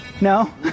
No